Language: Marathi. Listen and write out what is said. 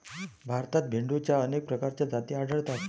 भारतात भेडोंच्या अनेक प्रकारच्या जाती आढळतात